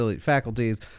faculties